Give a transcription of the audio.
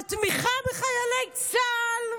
על תמיכה בחיילי צה"ל: